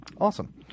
Awesome